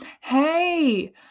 Hey